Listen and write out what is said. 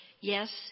yes